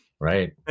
Right